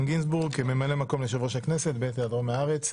גינזבורג כממלא מקום יושב ראש הכנסת בעת היעדרו מהארץ.